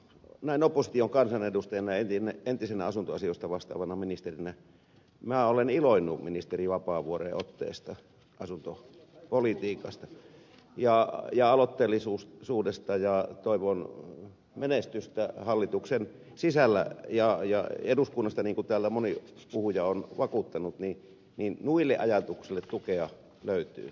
näin opposition kansanedustajana entisenä asuntoasioista vastaavana ministerinä minä olen iloinnut ministeri vapaavuoren otteista asuntopolitiikassa ja aloitteellisuudesta ja toivon menestystä hallituksen sisällä ja eduskunnasta niin kuin täällä moni puhuja on vakuuttanut noille ajatuksille tukea löytyy